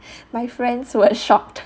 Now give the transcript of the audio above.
my friends were shocked